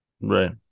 right